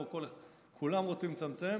כולם רוצים לצמצם